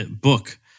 book